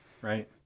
right